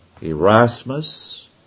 Erasmus